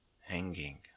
hanging